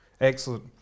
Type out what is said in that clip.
Excellent